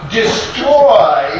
destroy